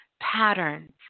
patterns